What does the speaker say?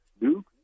Duke